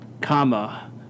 comma